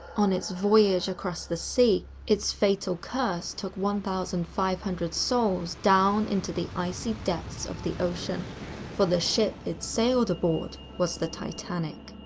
on its voyage across the sea, its fatal curse took one thousand five hundred souls down into the icy depths of the ocean for the ship it sailed aboard was the titanic.